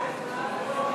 חבר